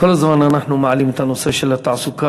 כל הזמן אנחנו מעלים את הנושא של התעסוקה